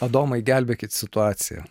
adomai gelbėkit situaciją